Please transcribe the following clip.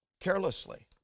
carelessly